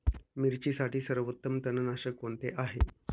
मिरचीसाठी सर्वोत्तम तणनाशक कोणते आहे?